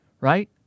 Right